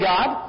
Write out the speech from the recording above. God